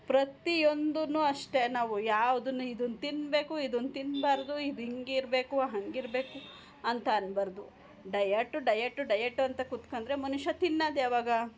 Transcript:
ಪ್ರತೀಯೊಂದನ್ನೂ ಅಷ್ಟೇ ನಾವು ಯಾವುದನ್ನೂ ಇದನ್ನೂ ತಿನ್ನಬೇಕು ಇದನ್ನು ತಿನ್ನಬಾರ್ದು ಇದು ಹಿಂಗೆ ಇರಬೇಕು ಹಂಗೆ ಇರಬೇಕು ಅಂತ ಅನ್ನಬಾರ್ದು ಡಯಟು ಡಯಟು ಡಯಟು ಅಂತ ಕೂತ್ಕೊಂಡ್ರೆ ಮನುಷ್ಯ ತಿನ್ನೋದು ಯಾವಾಗ